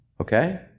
Okay